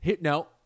No